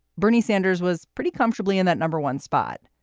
bernie sanders was pretty comfortably in that number one spot.